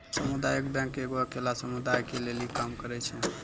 समुदायिक बैंक एगो अकेल्ला समुदाय के लेली काम करै छै